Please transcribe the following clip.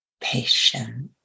patience